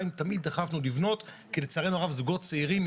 תמיד דחפנו לבנות כי לצערנו הרב זוגות צעירים,